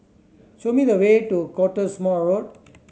show me the way to Cottesmore Road